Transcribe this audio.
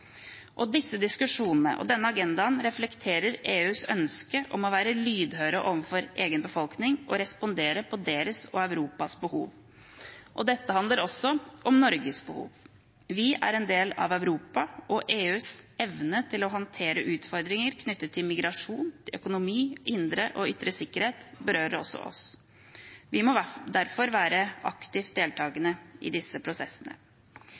Disse diskusjonene, og denne agendaen, reflekterer EUs ønske om å være lydhøre overfor egen befolkning og respondere på deres og Europas behov. Dette handler også om Norges behov. Vi er en del av Europa, og EUs evne til å håndtere utfordringer knyttet til migrasjon, til økonomi, og til indre og ytre sikkerhet berører også oss. Vi må derfor være aktivt deltakende i disse prosessene.